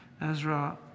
Ezra